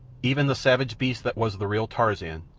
even the savage beast that was the real tarzan,